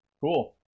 Cool